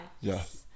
Yes